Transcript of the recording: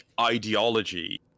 ideology